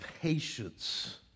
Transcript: patience